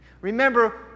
Remember